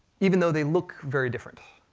even though they look very different.